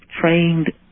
trained